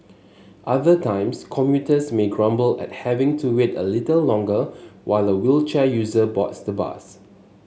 other times commuters may grumble at having to wait a little longer while a wheelchair user boards the bus